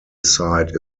site